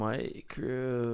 Micro